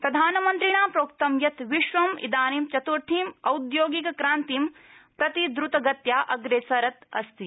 प्रधानमन्त्रिणा प्रोक्त यत् विश्वम् इदानी चत्थीं औद्योगिक क्रांतिं प्रति द्रतगत्या अप्रेसरत् अस्ति